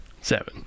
seven